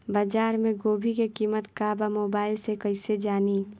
बाजार में गोभी के कीमत का बा मोबाइल से कइसे जानी?